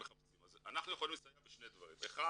אז אנחנו יכולים לסייע בשני דברים: אחד